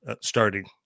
starting